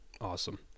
awesome